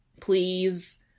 please